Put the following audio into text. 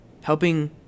helping